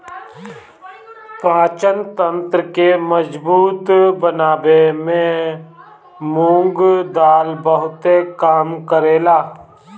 पाचन तंत्र के मजबूत बनावे में मुंग दाल बहुते काम करेला